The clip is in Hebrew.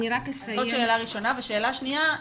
שאלה שנייה,